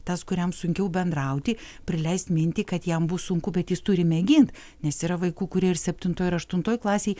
tas kuriam sunkiau bendrauti prileist mintį kad jam bus sunku bet jis turi mėgint nes yra vaikų kurie ir septintoj ir aštuntoj klasėj